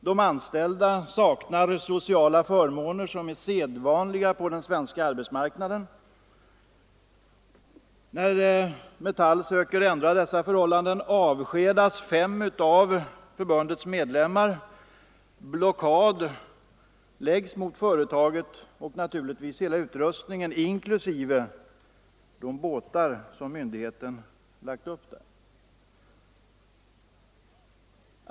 De anställda saknar sociala förmåner som är sedvanliga på den svenska arbetsmarknaden. När Metall söker ändra dessa förhållanden avskedas fem av förbundets medlemmar. Företaget förklaras i blockad liksom naturligtvis hela utrustningen inklusive de båtar som myndigheten lagt upp där.